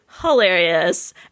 hilarious